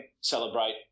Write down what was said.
celebrate